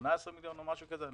ל-18 מיליון שקל או משהו כזה.